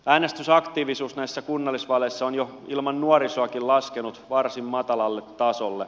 äänestysaktiivisuus näissä kunnallisvaaleissa on ilman nuorisoakin laskenut varsin matalalle tasolle